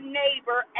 neighbor